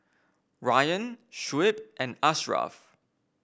Ryan Shuib and Ashraf